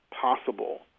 possible